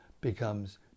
becomes